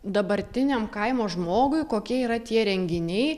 dabartiniam kaimo žmogui kokie yra tie renginiai